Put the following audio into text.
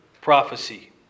prophecy